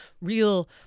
real